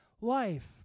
life